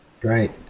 Great